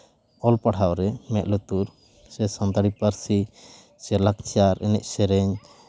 ᱚᱞ ᱯᱟᱲᱦᱟᱣ ᱮ ᱢᱮᱫ ᱞᱩᱛᱩᱨ ᱥᱮ ᱥᱟᱱᱛᱟᱲᱤ ᱯᱟᱹᱨᱥᱤ ᱥᱮ ᱞᱟᱠᱪᱟᱨ ᱮᱱᱮᱡ ᱥᱮᱨᱮᱧ